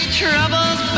troubles